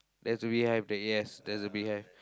there's a beehive there yes there's a beehive